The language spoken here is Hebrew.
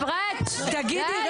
אפרת, די.